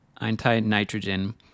anti-nitrogen